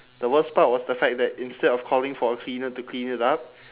the worst part was the fact that instead of calling for a cleaner to clean it up